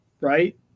right